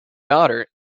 daughter